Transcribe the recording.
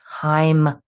time